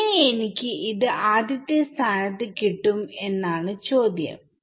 എങ്ങനെ എനിക്ക് ആദ്യത്തെ സ്ഥാനത്ത് കിട്ടും എന്നാണ് ചോദ്യം